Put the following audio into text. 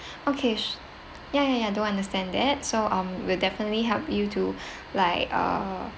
okay s~ ya ya ya do understand that so um will definitely help you to like uh